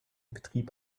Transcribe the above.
betrieb